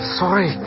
sorry